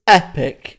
epic